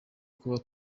kuba